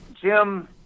Jim